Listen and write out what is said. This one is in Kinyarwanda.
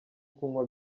kunywa